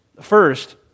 First